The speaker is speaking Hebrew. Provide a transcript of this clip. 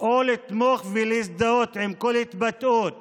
או לתמוך, ולהזדהות עם כל התבטאות